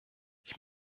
ich